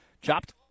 Chopped